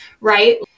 right